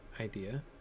idea